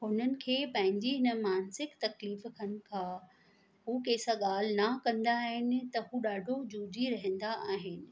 उन्हनि खे पंहिंजी हिन मानसिक तकलीफ़नि खां उहे कंहिंसां ॻाल्हि न कंदा आहिनि त उहे ॾाढो जूझी रहंदा आहिनि